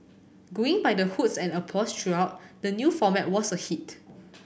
going by the hoots and applause throughout the new format was a hit